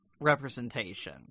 representation